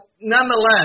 nonetheless